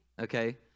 okay